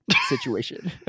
situation